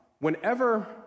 Whenever